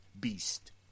beast